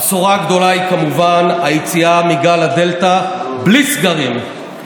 הבשורה הגדולה היא כמובן היציאה מגל הדלתא בלי סגרים,